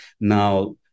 Now